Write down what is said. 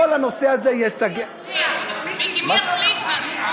כל הנושא הזה ייסגר, אבל מיקי, מי יחליט מה זה?